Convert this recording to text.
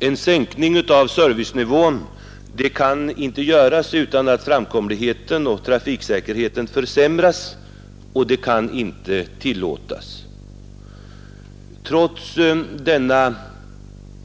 En sänkning av servicenivån kan inte göras utan att framkomligheten och trafiksäkerheten försämras, och det kan inte tillåtas. Trots denna